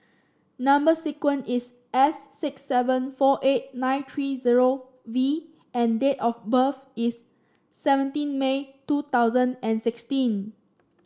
number sequence is S six seven four eight nine three zero V and date of birth is seventeen May two thousand and sixteen